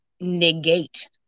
negate